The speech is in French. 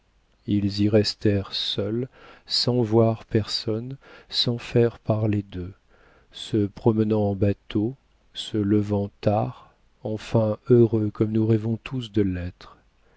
ils y restèrent seuls sans voir personne sans faire parler d'eux se promenant en bateau se levant tard enfin heureux comme nous rêvons tous de l'être